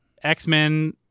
X-Men